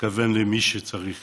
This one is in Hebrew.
תתכוון למי שצריך